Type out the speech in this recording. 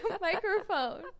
Microphone